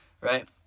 right